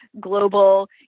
global